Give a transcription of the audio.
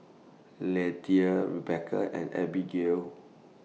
Leatha Rebecca and Abigayle